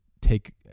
take